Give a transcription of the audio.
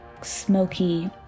smoky